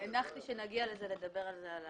הנחתי שכאשר נגיע לזה נדבר על זה.